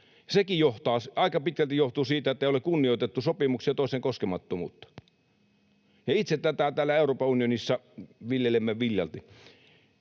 Sekin aika pitkälti johtuu siitä, ettei ole kunnioitettu sopimuksia, toisen koskemattomuutta, ja itse tätä täällä Euroopan unionissa viljelemme viljalti.